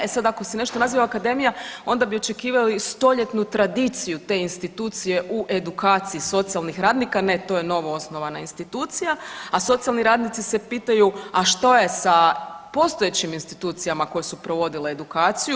E sad ako se nešto naziva akademija onda bi očekivali stoljetnu tradiciju te institucije u edukaciji socijalnih radnika, ne to je novoosnovana institucija, a socijalni radnici se pitaju a što je sa postojećim institucijama koje su provodile edukaciju.